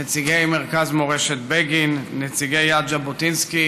נציגי מרכז מורשת בגין, נציגי יד ז'בוטינסקי